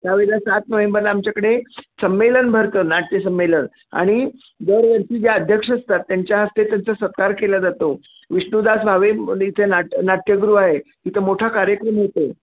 त्यावेळेला सात नोव्हेंबरला आमच्याकडे संमेलन भरतं नाट्यसंमेलन आणि दरवर्षी जे अध्यक्ष असतात त्यांच्या हस्ते त्यांचा सत्कार केला जातो विष्णुदास भावे इथे नाट्य नाट्यगृह आहे तिथं मोठा कार्यक्रम होतो